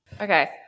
Okay